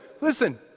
listen